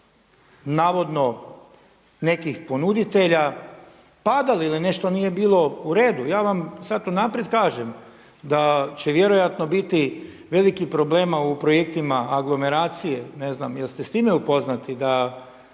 navodno nekih ponuditelja padali ili nešto nije bilo u redu. Ja vam sada unaprijed kaže da će vjerojatno biti velikih problema u projektima aglomeracije. Jeste li s time upoznati da